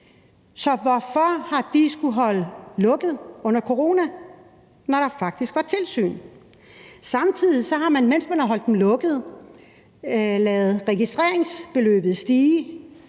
Så hvorfor har de skullet holde lukket under coronaen, når der faktisk var tilsyn? Samtidig har man, mens man har holdt dem lukket, ladet registreringsbeløbet stige,